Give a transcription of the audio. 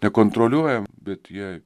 nekontroliuojam bet jie